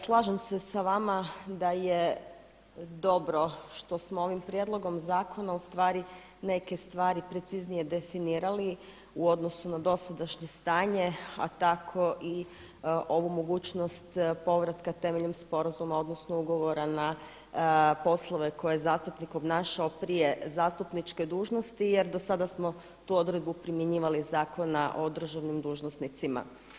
Slažem se sa vama da je dobro što smo ovim prijedlogom zakona neke stvari preciznije definirali u odnosu na dosadašnje stanje, a tako i ovu mogućnost povratka temeljem sporazuma odnosno ugovora na poslove koje je zastupnik obnašao prije zastupničke dužnosti jer do sada smo tu odredbu primjenjivali iz Zakona o državnim dužnosnicima.